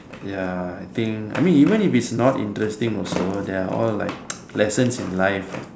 ya I think I mean even if it's not interesting also there are all like lessons in life